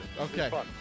okay